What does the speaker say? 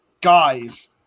guys